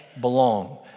belong